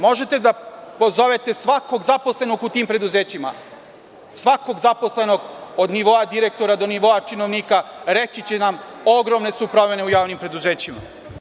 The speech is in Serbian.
Možete da pozovete svakog zaposlenog u tim preduzećima, svakog zaposlenog od nivoa direktora, do nivoa činovnika, reći će nam – ogromne su promene u javnim preduzećima.